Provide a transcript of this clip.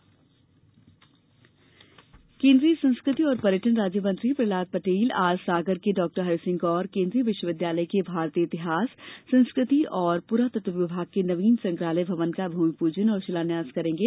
प्रहलाद पटेल केंद्रीय संस्कृति और पर्यटन राज्य मंत्री प्रहलाद पटेल आज सागर के डॉ हरीसिंह गौर केंद्रीय विश्वविदयालय के भारतीय इतिहास संस्कृति एवं पुरातत्त्व विभाग के नवीन संग्रहालय भवन का भूमिपूजन और शिलान्यास करेंगे